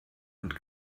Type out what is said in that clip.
und